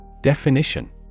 Definition